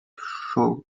shoreline